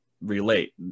relate